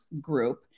group